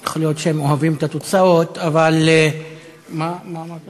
אתמול העברנו את חוק השב"חים, למה אתה מאלץ